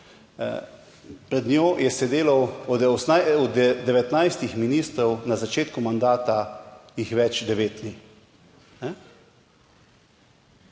pred njo je sedelo, od 19 ministrov na začetku mandata, jih več devet ni,